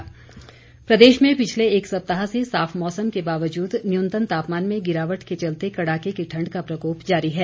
मौसम प्रदेश में पिछले एक सप्ताह से साफ मौसम के बावजूद न्यूनतम तापमान में गिरावट के चलते कड़ाके की ठंड का प्रकोप जारी है